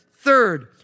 Third